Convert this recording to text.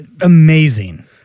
amazing